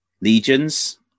Legions